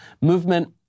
Movement